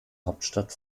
hauptstadt